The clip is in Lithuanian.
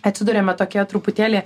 atsiduriame tokioje truputėlį